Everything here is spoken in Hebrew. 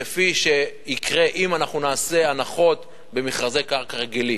כפי שיקרה אם אנחנו נעשה הנחות במכרזי קרקעות רגילים.